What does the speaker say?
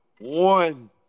One